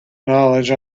knowledge